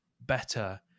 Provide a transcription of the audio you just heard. better